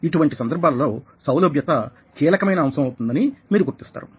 ఇటువంటి సందర్భాలలో సౌలభ్యత కీలకమైన అంశం అవుతుందని మీరు గుర్తిస్తారు